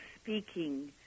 speaking